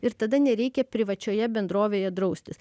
ir tada nereikia privačioje bendrovėje draustis